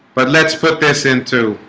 but let's put this into